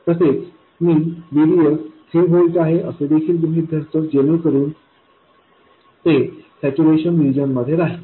तसेच मी VDS 3 volt आहे असे देखील गृहीत धरतो जेणेकरून ते सॅच्युरेशन रीजन मध्ये राहील